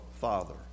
Father